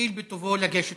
יואיל בטובו לגשת